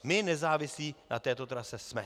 My závislí na této trase jsme.